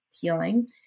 healing